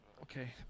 okay